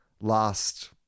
last